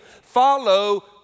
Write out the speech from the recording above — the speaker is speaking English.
follow